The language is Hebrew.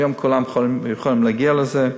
היום כולם יכולים להגיע לזה.